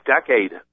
decade